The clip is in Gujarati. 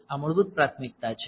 આ મૂળભૂત પ્રાથમિકતા છે